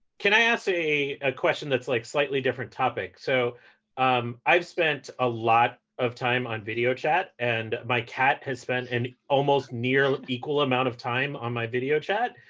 can i ask a a question that's like slightly different topic? so um i've spent a lot of time on video chat. and my cat has spent an almost near equal amount of time on my video chat.